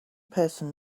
person